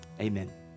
Amen